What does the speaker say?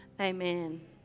Amen